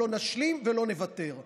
לא נשלים ולא נוותר.